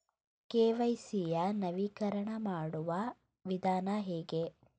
KYC ಯ ನವೀಕರಣ ಮಾಡುವ ವಿಧಾನ ಹೇಗೆ?